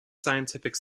scientific